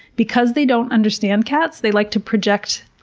because they don't understand cats, they like to project